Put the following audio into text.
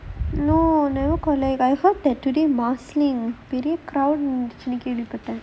no never collect I heard that today marsiling very crowd இருந்துச்சுன்னு கேள்வி பட்டேன்:irunthuchunnu kelvi pattaen